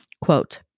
quote